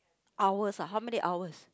hours ah how many hours